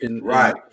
right